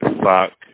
fuck